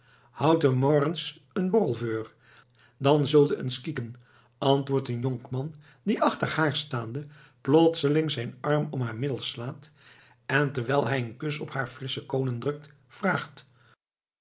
èns en borrel veur dan zulde èns kieken antwoordt een jonkman die achter haar staande plotseling zijn arm om haar middel slaat en terwijl hij een kus op haar frissche koonen drukt vraagt